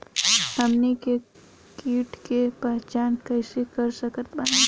हमनी के कीट के पहचान कइसे कर सकत बानी?